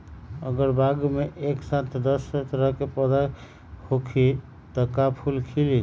अगर बाग मे एक साथ दस तरह के पौधा होखि त का फुल खिली?